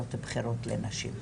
משרות בכירות לנשים.